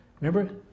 Remember